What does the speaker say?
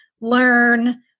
learn